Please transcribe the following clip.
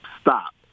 stop